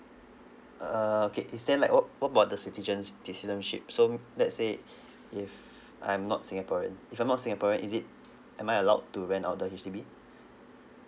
uh uh okay is there like what what about the citizen citizenship so let's say if I'm not singaporean if I'm not singaporean is it am I allowed to rent out the H_D_B